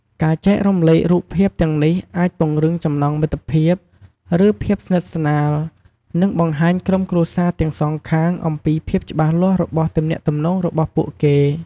ការចែករំលែករូបភាពទាំងនេះអាចពង្រឹងចំណងមិត្តភាព ឬ ភាពស្និទ្ធស្នាល និងបង្ហាញក្រុមគ្រួសារទាំងសងខាង អំពីភាពច្បាស់លាស់របស់ទំនាក់ទំនងរបស់ពួកគេ។